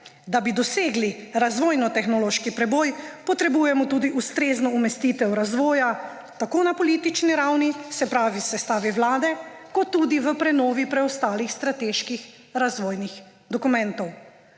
Da bi dosegli razvojnotehnološki preboj, potrebujemo tudi ustrezno umestitev razvoja tako na politični ravni, se pravi v sestavi vlade, kot tudi v prenovi preostalih strateških razvojnih dokumentov.